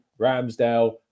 Ramsdale